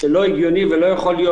לא הגיוני ולא יכול להיות,